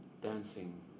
dancing